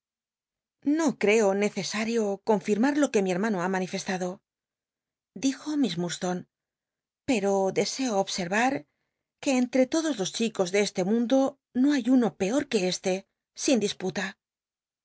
no ceo necesario confirmar lo que mi hermano ha man festado dijo miss lurdstone pero deseo obscrvm que entre todos los chicos de este mundo no hay uno peor que este sin disputa